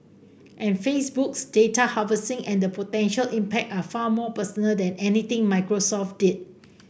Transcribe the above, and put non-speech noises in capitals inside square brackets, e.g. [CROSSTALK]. and Facebook's data harvesting and the potential impact are far more [NOISE] personal than anything Microsoft did